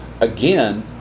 Again